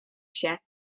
się